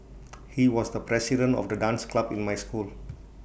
he was the president of the dance club in my school